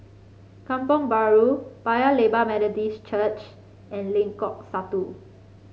Kampong Bahru Paya Lebar Methodist Church and Lengkok Satu